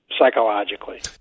psychologically